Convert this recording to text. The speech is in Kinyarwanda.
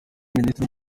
minisitiri